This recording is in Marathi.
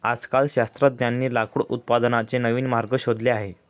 आजकाल शास्त्रज्ञांनी लाकूड उत्पादनाचे नवीन मार्ग शोधले आहेत